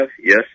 Yes